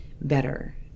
better